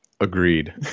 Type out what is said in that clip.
Agreed